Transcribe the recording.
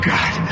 God